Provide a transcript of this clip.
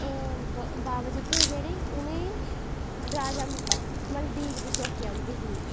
बाबा जित्तो हे जेह्ड़े उनेंईं राजा मंडलीक दी चौकी औंदी ही